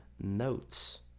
notes